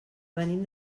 venim